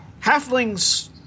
Halflings